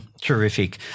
Terrific